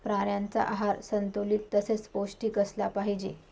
प्राण्यांचा आहार संतुलित तसेच पौष्टिक असला पाहिजे